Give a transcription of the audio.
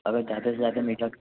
अगर ज़्यादा से ज़्यादा मीठा